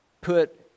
put